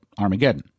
Armageddon